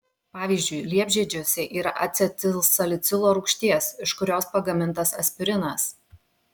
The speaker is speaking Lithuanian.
pavyzdžiui liepžiedžiuose yra acetilsalicilo rūgšties iš kurios pagamintas aspirinas